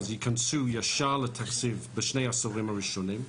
ייכנסו ישר לתקציב בשני העשורים הראשונים,